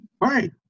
right